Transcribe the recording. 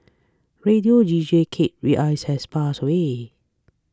radio deejay Kate Reyes has passed away